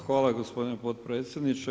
Hvala gospodine potpredsjedniče.